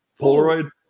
Polaroid